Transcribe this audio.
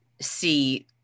see